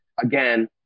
again